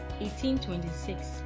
1826